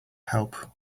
help